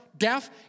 Deaf